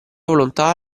volontà